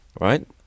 right